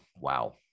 wow